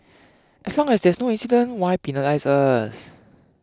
as long as there's no incident why penalise us